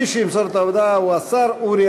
מי שימסור את ההודעה הוא השר אורי